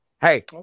Hey